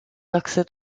accès